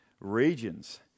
regions